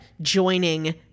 joining